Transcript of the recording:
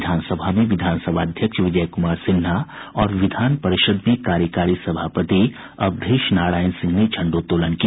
विधानसभा में विधानसभा अध्यक्ष विजय कुमार सिन्हा और विधानपरिषद में कार्यकारी सभापति अवधेश नारायण सिंह ने झंडोत्तोलन किया